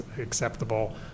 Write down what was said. acceptable